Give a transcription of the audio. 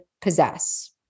possess